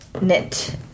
knit